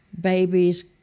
Babies